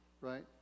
right